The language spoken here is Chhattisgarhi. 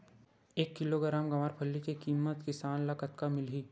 एक किलोग्राम गवारफली के किमत किसान ल कतका मिलही?